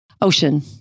Ocean